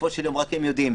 בסופו של יום רק הם יודעים.